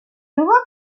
nouveaux